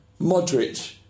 Modric